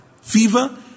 Fever